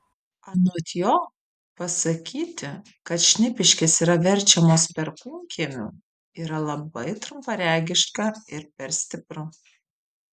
anot jo pasakyti kad šnipiškės yra verčiamos perkūnkiemiu yra labai trumparegiška ir per stipru